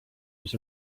was